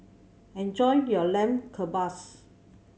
enjoy your Lamb Kebabs